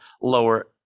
lower